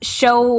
show